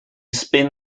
spin